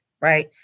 right